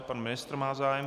Pan ministr má zájem.